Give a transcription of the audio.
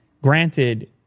Granted